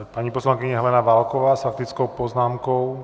Paní poslankyně Helena Válková s faktickou poznámkou.